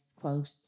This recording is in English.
quote